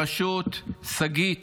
בראשות שגית